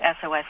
SOS